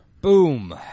Boom